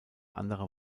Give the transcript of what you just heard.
andere